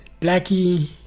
Blackie